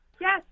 Yes